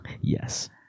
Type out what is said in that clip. Yes